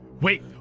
Wait